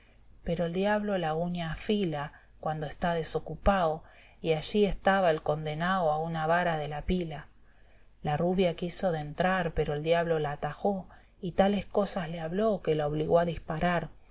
pero el diablo la uña afila cuando está desocupao y allí estaba el condenao a una vara de la pila le del campo n la rubia quiso dentrar pero el diablo la atajó y tales cosas le habló que la obligó a disparar